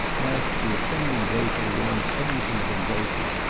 whilst the ascending vapour warms every thing it embraces,